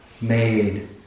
made